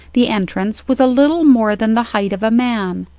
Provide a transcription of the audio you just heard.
the entrance was a little more than the height of a man.